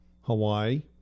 Hawaii